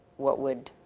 what would,